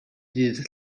dydd